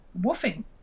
woofing